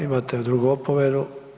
Imate drugu opomenu.